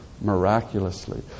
miraculously